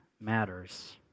matters